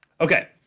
okay